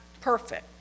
perfect